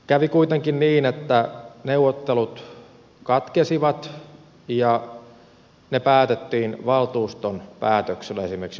kävi kuitenkin niin että neuvottelut katkesivat ja ne päätettiin valtuuston päätöksellä esimerkiksi omassa kaupungissani